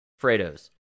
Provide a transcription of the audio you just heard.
Fredos